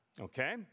okay